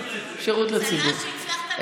צל"ש שהצלחת,